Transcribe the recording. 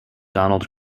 donald